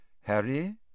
Harry